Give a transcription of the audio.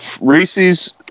Reese's